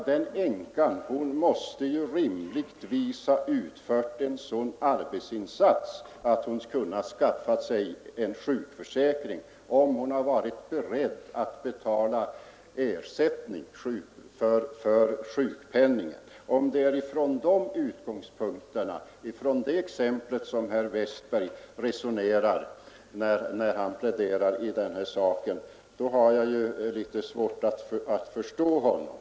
Den änkan måste rimligen ha utfört en sådan arbetsinsats ätt hon kunnat skaffa sig en sjukförsäkring om hon hade varit beredd att betala sjukförsäkringsavgift. Om det är det exemplet herr Westberg utgår ifrån när han pläderar i den här saken har jag litet svårt att förstå honom.